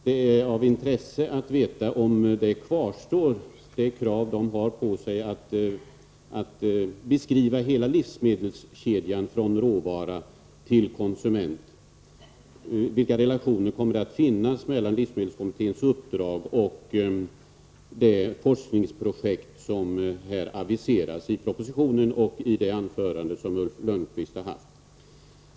Det är av intresse att veta om kravet kvarstår att livsmedelskommittén skall beskriva hela livsmedelskedjan från råvara till konsument. Vilka relationer kommer det att finnas mellan livsmedelskommitténs uppdrag och det forskningsprojekt som aviseras i propositionen och i det anförande som Ulf Lönnqvist har hållit?